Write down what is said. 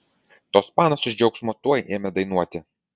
tos panos iš džiaugsmo tuoj ėmė dainuoti